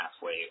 halfway